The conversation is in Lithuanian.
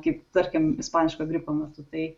kaip tarkim ispaniško gripo metu tai